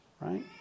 right